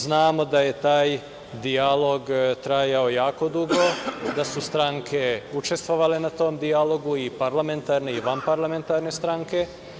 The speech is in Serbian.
Znamo da je taj dijalog trajao jako dugo, da su stranke učestvovale u tom dijalogu, i parlamentarne i vanparlamentarne stranke.